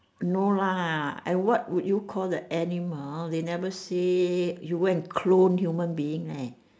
no lah and what would you call the animal they never say you went and clone human being leh